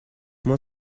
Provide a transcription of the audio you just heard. more